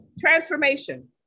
Transformation